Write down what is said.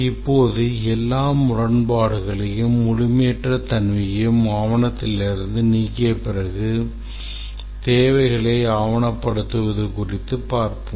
இப்போது எல்லா முரண்பாடுகளையும் முழுமையற்ற தன்மையையும் ஆவணத்திலிருந்து நீக்கிய பிறகு தேவைகளை ஆவணப்படுத்துவது குறித்து பார்ப்போம்